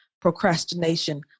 procrastination